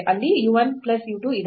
ಅಲ್ಲಿ u 1 plus u 2 ಇದೆ